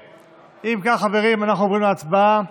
אם כך, חברים, אנחנו עוברים להצבעה.